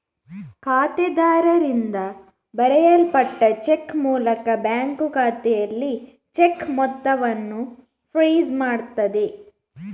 ಖಾತೆದಾರರಿಂದ ಬರೆಯಲ್ಪಟ್ಟ ಚೆಕ್ ಮೂಲಕ ಬ್ಯಾಂಕು ಖಾತೆಯಲ್ಲಿ ಚೆಕ್ ಮೊತ್ತವನ್ನ ಫ್ರೀಜ್ ಮಾಡ್ತದೆ